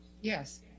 yes